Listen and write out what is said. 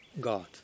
God